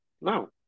No